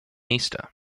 easter